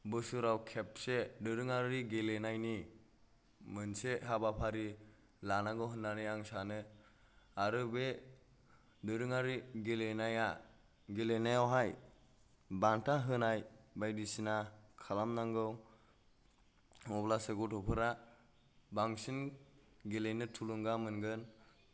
बोसोराव खेबसे दोरोंआरि गेलेनायनि मोनसे हाबाफारि लानांगौ होननानै आं सानो आरो बे दोरोंआरि गेलेनाया गेलेनायावहाय बान्था होनाय बायदिसिना खालामनांगौ अब्लासो गथ'फोरा बांसिन गेलेनो थुलुंगा मोनगोन